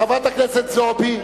חברת הכנסת זועבי,